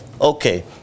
Okay